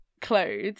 clothes